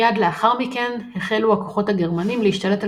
מיד לאחר מכן החלו הכוחות הגרמנים להשתלט על